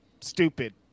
stupid